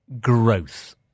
growth